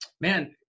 man